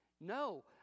No